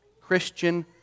Christian